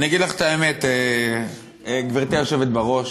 אני אגיד לך את האמת, גברתי היושבת בראש,